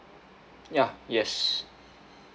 ya yes